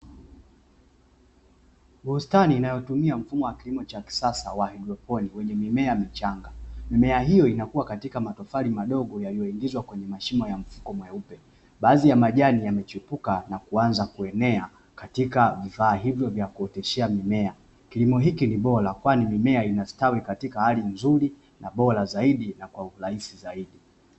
Bustani inayotumia mfumo wa kilimo cha kisasa wa haidroponi wenye mimea michanga, mimea hiyo inakuwa katika matofali madogo yaliyoingizwa kwenye mashimo ya mfuko mweupe. Baadhi ya majani yamechipuka na kuanza kuenea katika vifaa hivyo vya kuoteshea mimea. Kilimo hiki ni bora kwani mimea inastawi katika hali nzuri na bora zaidi na kwa urahisi zaidi.